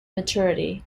maturity